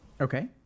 Okay